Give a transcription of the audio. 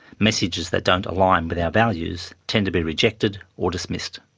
messages that don't align with our values tend to be rejected or dismissed.